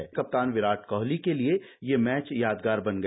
भारत के कप्तान विराट कोहली के लिए ये मैच यादगार बन गया